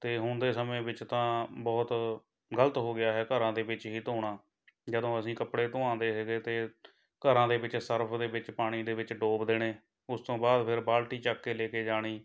ਅਤੇ ਹੁਣ ਦੇ ਸਮੇਂ ਵਿੱਚ ਤਾਂ ਬਹੁਤ ਗ਼ਲਤ ਹੋ ਗਿਆ ਹੈ ਘਰਾਂ ਦੇ ਵਿੱਚ ਹੀ ਧੋਣਾ ਜਦੋਂ ਅਸੀਂ ਕੱਪੜੇ ਧੋਆਂਦੇ ਸੀਗੇ ਅਤੇ ਘਰਾਂ ਦੇ ਵਿੱਚ ਸਰਫ਼ ਦੇ ਵਿੱਚ ਪਾਣੀ ਦੇ ਵਿੱਚ ਡੋਬ ਦੇਣੇ ਉਸ ਤੋਂ ਬਾਅਦ ਫਿਰ ਬਾਲਟੀ ਚੱਕ ਕੇ ਲੈ ਕੇ ਜਾਣੀ